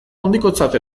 handikotzat